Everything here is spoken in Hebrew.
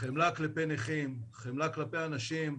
חמלה כלפי נכים, חמלה כלפי אנשים,